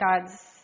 God's